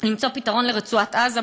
למצוא פתרון לרצועת-עזה,